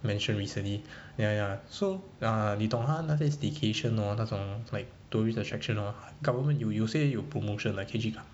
mentioned recently ya ya so ya 你懂它那些 staycation hor 那种 like tourist attraction hor government 有有些有 promotion like 可以去看